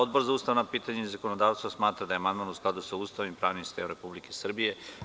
Odbor za ustavna pitanja i zakonodavstvo smatra da je amandman u skladu sa Ustavom i pravnim sistemom Republike Srbije.